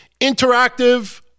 Interactive